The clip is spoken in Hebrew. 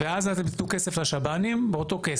ואז אתם תיתנו כסף לשב"נים, אותו כסף?